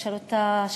אפשרותה,